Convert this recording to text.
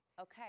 Okay